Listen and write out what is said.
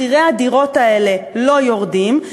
מחירי הדירות האלה לא יורדים,